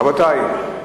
רבותי,